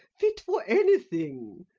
fit for anything.